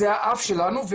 זה האף שלנו.